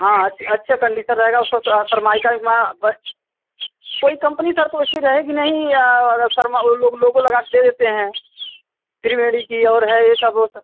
हाँ अच्छा कंडीसन रहेगा उसका सरमाइका कोई कम्पनी सर तो ऐसी रहेगी नहीं और सरमा ओ लोग लोगो लगाकर दे देते हैं त्रिवेड़ी की और है यह सब वह सब